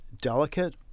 delicate